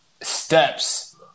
steps